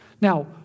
Now